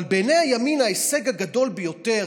אבל בעיני הימין ההישג הגדול ביותר,